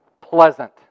pleasant